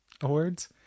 awards